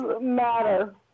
matter